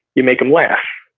you make them laugh.